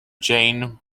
jane